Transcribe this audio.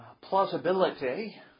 plausibility